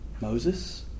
Moses